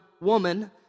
woman